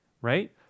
right